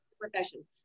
profession